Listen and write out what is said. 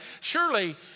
Surely